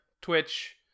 twitch